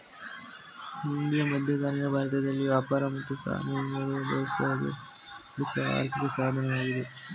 ಹುಂಡಿಯು ಮಧ್ಯಕಾಲೀನ ಭಾರತದಲ್ಲಿ ವ್ಯಾಪಾರ ಮತ್ತು ಸಾಲ ವಹಿವಾಟುಗಳಲ್ಲಿ ಬಳಸಲು ಅಭಿವೃದ್ಧಿಪಡಿಸಿದ ಆರ್ಥಿಕ ಸಾಧನವಾಗಿದೆ